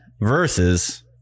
versus